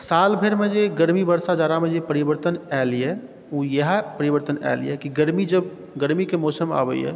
साल भरिमे जे गरमी बरसात जाड़ामें जे परिवर्तन आयल यऽ ओ इएह परिवर्तन आयल यऽ की गरमी जब गरमीके मौसम आबै यऽ